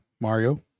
Mario